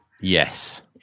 Yes